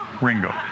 Ringo